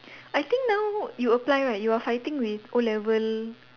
I think now you apply right you are fighting with O-level